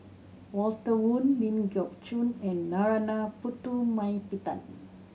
Walter Woon Ling Geok Choon and Narana Putumaippittan